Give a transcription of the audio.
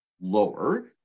lower